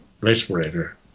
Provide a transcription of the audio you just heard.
respirator